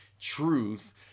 truth